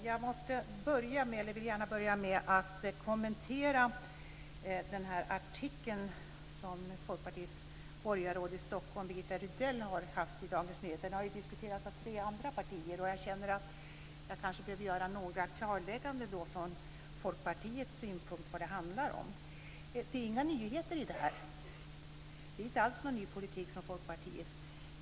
Herr talman! Jag vill gärna börja med att kommentera den artikel som Folkpartiets borgarråd i Nyheter. Den har diskuterats av tre andra partier, och jag känner att jag kanske behöver göra några klarlägganden från Folkpartiets sida om vad det handlar om. Det är inga nyheter. Det är inte alls någon ny politik från Folkpartiets sida.